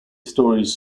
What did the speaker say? stories